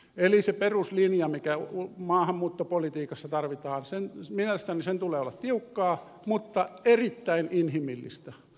eli sen peruslinjan mikä maahanmuuttopolitiikassa tarvitaan tulee mielestäni olla tiukkaa mutta erittäin inhimillistä